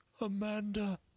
Amanda